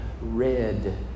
red